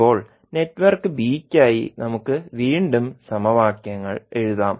ഇപ്പോൾ network B യ്ക്കായി നമുക്ക് വീണ്ടും സമവാക്യങ്ങൾ എഴുതാം